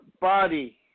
body